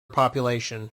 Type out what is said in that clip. population